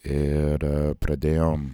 ir pradėjom